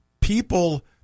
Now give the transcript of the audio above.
people